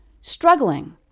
struggling